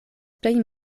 plej